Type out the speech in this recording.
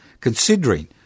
Considering